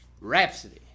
Rhapsody